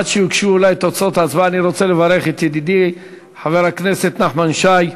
עד שיוגשו אלי תוצאות ההצבעה אני רוצה לברך את ידידי חבר הכנסת נחמן שי,